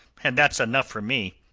and that's enough for me.